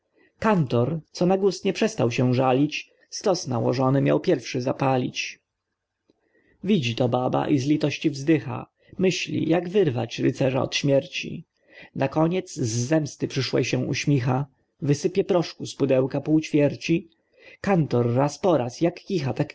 kantor co na guz nie przestał się żalić stos nałożony miał pierwszy zapalić widzi to baba i z litości wzdycha myśli jak wyrwać rycerza od śmierci nakoniec z zemsty przyszłej się uśmicha wysypie proszku z pudełka pół ćwierci kantor raz poraz jak kicha